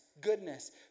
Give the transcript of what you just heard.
goodness